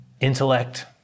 intellect